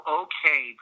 okay